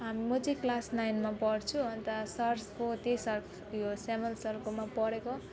म चाहिँ क्लास नाइनमा पढ्छु अन्त सरको त्यही सरको यो स्याम्युल सरकोमा पढेको